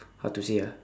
how to say ah